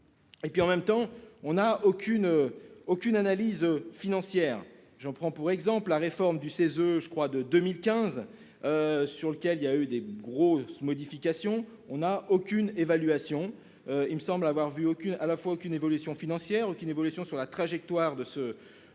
Et puis en même temps on n'a aucune aucune analyse financière. J'en prends pour exemple la réforme du CESE je crois de 2015. Sur lequel il y a eu des grosses modifications on a aucune évaluation. Il me semble avoir vu aucune à la fois qu'une évolution financière qui une évolution sur la trajectoire de ce de